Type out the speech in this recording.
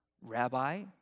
rabbi